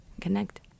connect